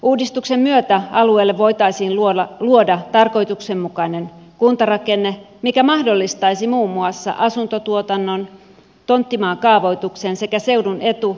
uudistuksen myötä alueelle voitaisiin luoda tarkoituksenmukainen kuntarakenne mikä mahdollistaisi muun muassa asuntotuotannon ja tonttimaan kaavoituksen sekä seudun etu